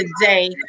today